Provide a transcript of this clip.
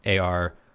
AR